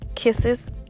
Kisses